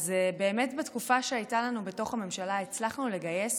באמת בתקופה שהייתה לנו בתוך הממשלה הצלחנו לגייס